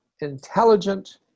intelligent